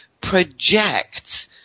project